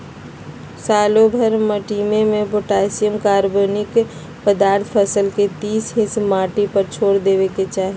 सालोभर माटिमें potassium, carbonic पदार्थ फसल के तीस हिस माटिए पर छोर देबेके चाही